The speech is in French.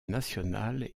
nationales